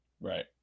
Right